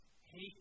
hate